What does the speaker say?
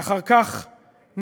ואחר כך נמשכו,